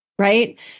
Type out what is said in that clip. Right